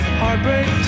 heartbreak